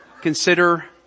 consider